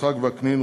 יצחק וקנין,